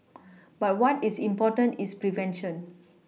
but what is important is prevention